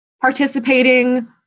participating